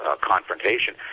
confrontation